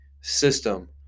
system